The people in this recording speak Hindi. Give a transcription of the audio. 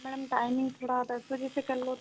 मैडम टाइमिंग थोड़ा दस बजे से कर लो तो